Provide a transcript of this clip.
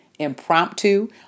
impromptu